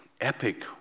epic